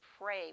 pray